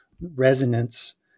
resonance